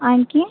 आणखी